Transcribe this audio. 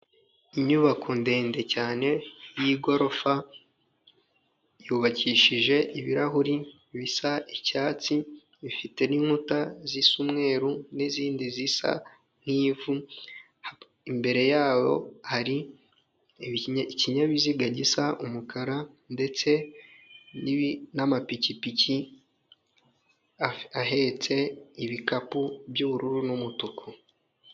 Inyubako ndende cyane y'igorofa, yubakishije ibirahuri bisa icyatsi, ifite n'inkuta zisa umweru n'izindi zisa nk'ivu, imbere yaho hari ikinyabiziga gisa umukara ndetse n'amapikipiki ahetse ibikapu by'ubururu n'umutuku.